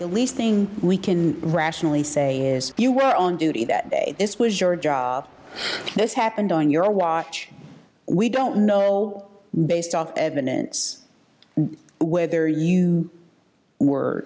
least thing we can rationally say is you were on duty that this was your job this happened on your watch we don't know based on evidence whether you were